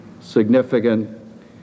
significant